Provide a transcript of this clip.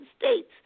States